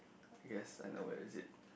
yes I know where is it